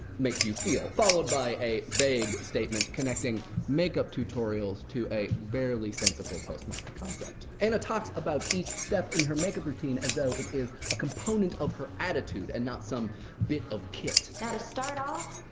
makes you feel, followed by a vague statement connecting makeup tutorials to a barely sensible post modern concept. and it talks about each step in her makeup routine as though it is a component of her attitude and not some bit of kit. now to start off,